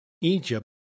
Egypt